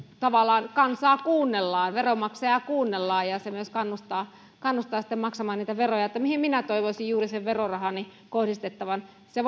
tavallaan kansaa kuunnellaan veronmaksajaa kuunnellaan ja ja se myös kannustaa kannustaa sitten maksamaan niitä veroja että mihin minä toivoisin juuri sen verorahani kohdistettavan se